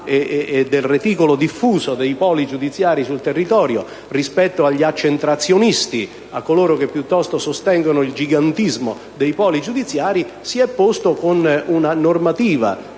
e del reticolo diffuso dei poli giudiziari sul territorio rispetto agli accentrazionisti che sostengono il gigantismo dei poli giudiziari, con la normativa